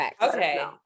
okay